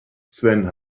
sven